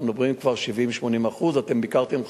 אנחנו מדברים כבר על 70% 80%. חברי